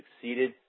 succeeded